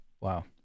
wow